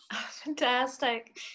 Fantastic